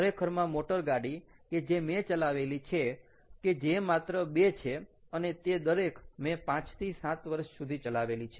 ખરેખરમાં મોટરગાડી કે જે મેં ચલાવેલી છે કે જે માત્ર 2 છે અને તે દરેક મેં 5 થી 7 વર્ષ સુધી ચલાવેલી છે